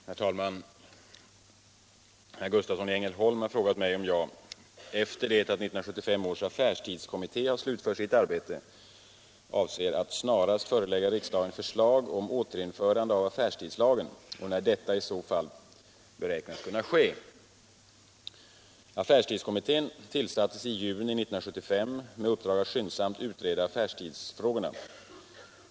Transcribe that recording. Herr talman! Herr Gustavsson i Ängelholm har frågat mig om jag, efter det att 1975 års affärstidskommitté har slutfört sitt arbete, avser att snarast förelägga riksdagen förslag om återinförande av affärstidslagen och när detta i så fall beräknas kunna ske. utreda affärstidsfrågorna.